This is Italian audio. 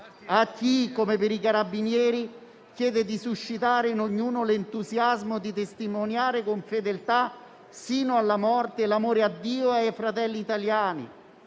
A chi, come i Carabinieri, chiede di suscitare in ognuno l'entusiasmo di testimoniare con fedeltà sino alla morte l'amore a Dio e ai fratelli italiani.